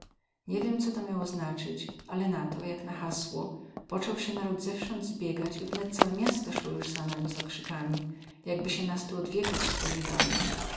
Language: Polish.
nie wiem co to miało znacyć ale na to jak na hasło pocął sie naród zewsąd zbiegać i wnet całe miasto sło juz za nami z okrzykami jakby sie nas tu od wieków spodziewali